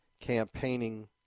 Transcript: campaigning